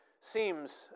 seems